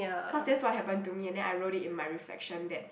cause that's what happened to me and then I wrote it in my reflection that